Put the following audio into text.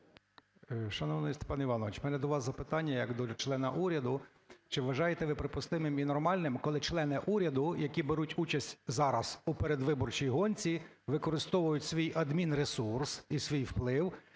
Шановний Степан Іванович, в мене до вас запитання як до члена уряду. Чи вважаєте ви припустимим і нормальним, коли члени уряду, які беруть участь зараз у передвиборчій гонці, використовують свій адмінресурс і свій вплив,